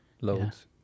loads